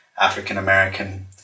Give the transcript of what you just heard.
African-American